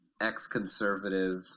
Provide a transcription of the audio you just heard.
ex-conservative